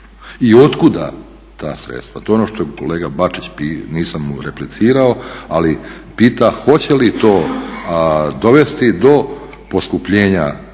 i otkuda to sredstva? To je ono što je kolega Bačić, nisam mu replicirao, ali pita hoće li to dovesti do poskupljenja,